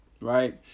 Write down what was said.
right